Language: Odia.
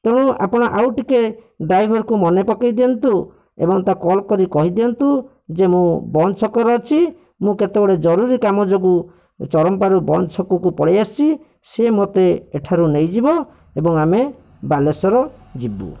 ତେଣୁ ଆପଣ ଆଉ ଟିକିଏ ଡାଇଭର୍କୁ ମନେ ପକାଇ ଦିଅନ୍ତୁ ଏବଂ ତାକୁ କଲ୍ କରି କହିଦିଅନ୍ତୁ ଯେ ମୁଁ ବନ୍ତ ଛକରେ ଅଛି ମୁଁ କେତେ ଗୁଡ଼ିଏ ଜରୁରୀ କାମ ଯୋଗୁଁ ଚରମ୍ପାରୁ ବନ୍ତ ଛକକୁ ପଳାଇ ଆସିଛି ସିଏ ମୋତେ ଏଠାରୁ ନେଇଯିବ ଏବଂ ଆମେ ବାଲେଶ୍ଵର ଯିବୁ